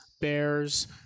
bears